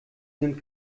sind